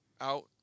out